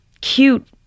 cute